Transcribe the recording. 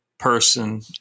person